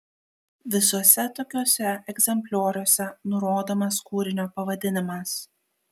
visuose tokiuose egzemplioriuose nurodomas kūrinio pavadinimas